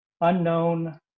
unknown